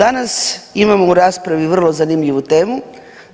Danas imamo u raspravi vrlo zanimljivu temu,